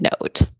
note